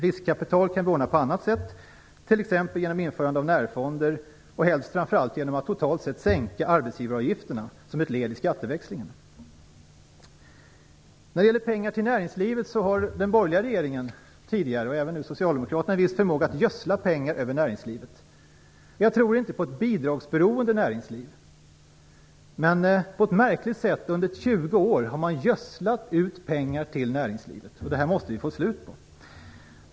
Riskkapital kan vi ordna på annat sätt, t.ex. genom införande av närfonder, och helst framför allt genom att totalt sett sänka arbetsgivaravgifterna som ett led i skatteväxlingen. När det gäller pengar till näringslivet hade den borgerliga regeringen tidigare, och den socialdemokratiska nu, en viss förmåga att gödsla näringslivet med pengar. Jag tror inte på ett bidragsberoende näringsliv. Men på ett märkligt sätt har man under 20 år gödslat näringslivet med pengar. Det måste vi få slut på.